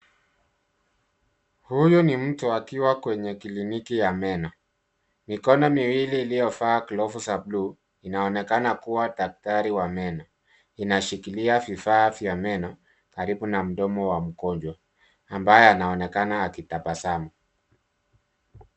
Huyu ni mtu akiwa kwenye kliniki ya meno , mikono miwili iliyovaa glovu za bluu inaonekana kuwa daktai wa meno, inashikilia vifaa vya meno karibu na mdomo wa mgonjwa ambaye anaonekana akitabasamu.